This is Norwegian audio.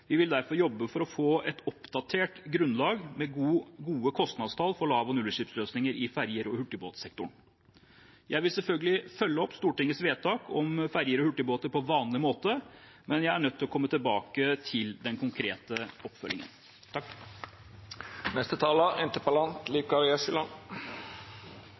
Vi vil derfor jobbe for å få et oppdatert grunnlag med gode kostnadstall for lav- og nullutslippsløsninger i ferje- og hurtigbåtsektoren. Jeg vil selvfølgelig følge opp Stortingets vedtak om ferjer og hurtigbåter på vanlig måte, men jeg er nødt til å komme tilbake til den konkrete oppfølgingen.